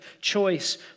choice